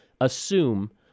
assume